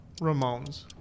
Ramones